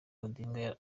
odinga